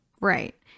Right